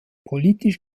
politisch